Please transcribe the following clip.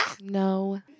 no